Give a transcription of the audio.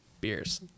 beers